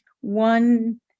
One